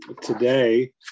Today